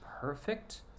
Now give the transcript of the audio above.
perfect